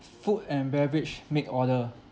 food and beverage make order